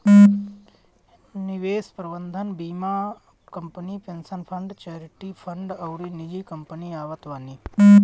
निवेश प्रबंधन बीमा company, pension fund, charity fund अउरी निजी कंपनी आवत बानी